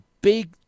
big